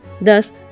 Thus